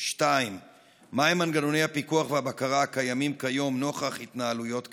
2. מהם מנגנוני הפיקוח והבקרה הקיימים כיום נוכח התנהלויות כאלה?